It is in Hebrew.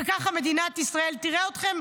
וכך מדינת ישראל תראה אתכם.